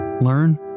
learn